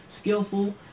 skillful